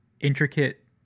intricate